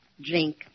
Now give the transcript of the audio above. drink